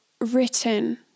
written